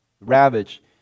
ravage